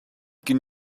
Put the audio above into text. can